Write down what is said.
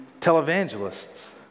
televangelists